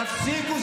תפסיקו.